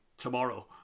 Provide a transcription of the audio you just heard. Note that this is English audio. tomorrow